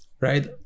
Right